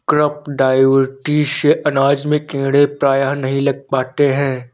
crop diversity से अनाज में कीड़े प्रायः नहीं लग पाते हैं